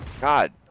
God